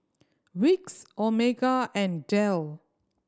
Vicks Omega and Dell